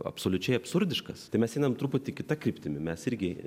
absoliučiai absurdiškas tai mes einam truputį kita kryptimi mes irgi